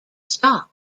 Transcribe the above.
stock